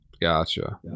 Gotcha